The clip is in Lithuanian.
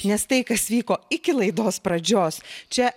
nes tai kas vyko iki laidos pradžios čia